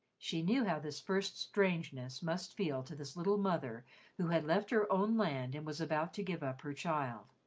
she knew how this first strangeness must feel to this little mother who had left her own land and was about to give up her child.